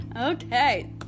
Okay